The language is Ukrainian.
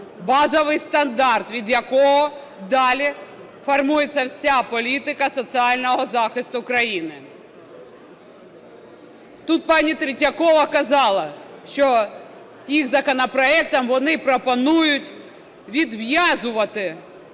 базовий стандарт, від якого далі формується вся політика соціального захисту країни. Тут пані Третьякова казала, що їх законопроектом вони пропонують відв'язувати